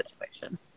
situation